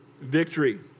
victory